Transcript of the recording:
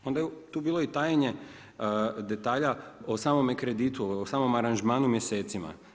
Onda je tu bilo i tajenje detalja o samome kreditu, o samom aranžmanu mjesecima.